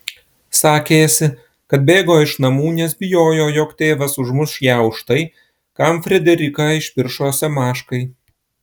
sakėsi kad bėgo iš namų nes bijojo jog tėvas užmuš ją už tai kam frederiką išpiršo semaškai